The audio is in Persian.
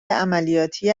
عملیاتی